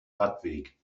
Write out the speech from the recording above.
radweg